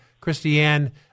Christiane